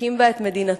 הקים בה את מדינתו,